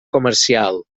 comercial